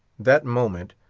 that moment,